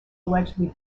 allegedly